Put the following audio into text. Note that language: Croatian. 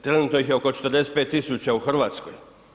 Trenutno ih je oko 45 000 u Hrvatskoj.